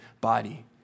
body